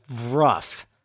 rough